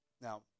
Now